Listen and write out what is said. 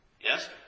yes